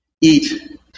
eat